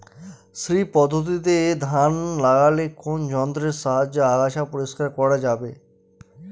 শ্রী পদ্ধতিতে ধান লাগালে কোন যন্ত্রের সাহায্যে আগাছা পরিষ্কার করা যাবে?